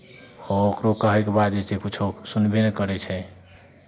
आओर ओकरो कहयके बाद जे छै किछो सुनबे नहि करै छै